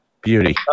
Beauty